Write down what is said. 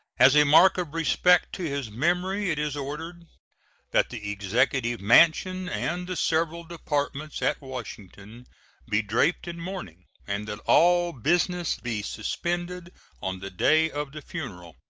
as a mark of respect to his memory it is ordered that the executive mansion and the several departments at washington be draped in mourning, and that all business be suspended on the day of the funeral.